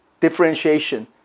differentiation